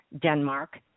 Denmark